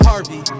Harvey